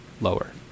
lower